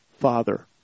Father